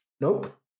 nope